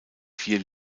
vier